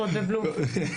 ועוד בבלומפילד.